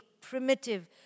primitive